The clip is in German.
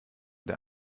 der